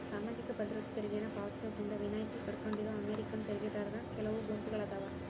ಸಾಮಾಜಿಕ ಭದ್ರತಾ ತೆರಿಗೆನ ಪಾವತಿಸೋದ್ರಿಂದ ವಿನಾಯಿತಿ ಪಡ್ಕೊಂಡಿರೋ ಅಮೇರಿಕನ್ ತೆರಿಗೆದಾರರ ಕೆಲವು ಗುಂಪುಗಳಾದಾವ